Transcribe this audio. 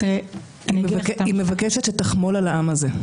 היא מבקשת שתחמול על העם הזה.